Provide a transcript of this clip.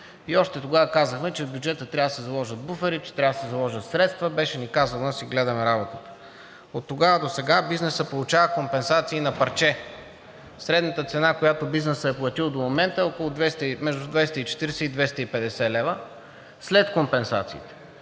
Още тогава казахме, че в бюджета трябва да се заложат буфери, че трябва да се заложат средства. Беше ни казано да си гледаме работата. От тогава до сега бизнесът получава компенсации на парче. Средната цена, която бизнесът е платил до момента, е между 240 и 250 лв. след компенсациите.